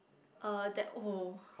uh that oh